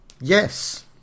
Yes